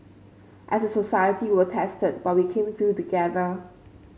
as a society we were tested but we came through together